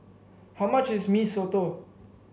how much is Mee Soto